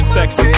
sexy